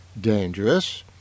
dangerous